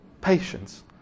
patience